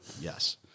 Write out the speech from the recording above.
Yes